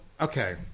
okay